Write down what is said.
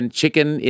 chicken